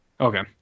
Okay